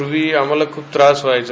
प्रर्वी आम्हाला खूप त्रास व्हायचा